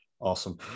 Awesome